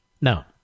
No